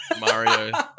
Mario